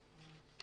הכלכלית".